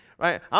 Right